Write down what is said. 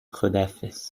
خداحافظ